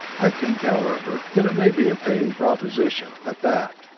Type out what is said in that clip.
i think, however, that it may be a paying proposition, at that,